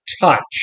touch